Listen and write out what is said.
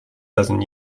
dozen